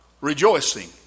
rejoicing